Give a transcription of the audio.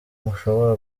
mushobora